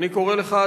ואני קורא לך,